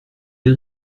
les